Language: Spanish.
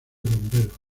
bomberos